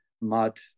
mud